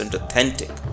authentic